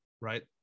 right